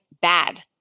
bad